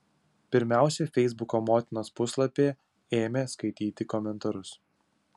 pirmiausia feisbuko motinos puslapyje ėmė skaityti komentarus